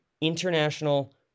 International